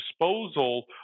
disposal